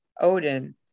Odin